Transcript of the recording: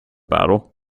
battle